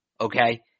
okay